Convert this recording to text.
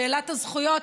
שאלת הזכויות,